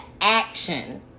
action